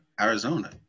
Arizona